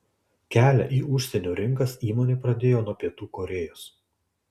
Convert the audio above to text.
kelią į užsienio rinkas įmonė pradėjo nuo pietų korėjos